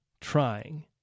trying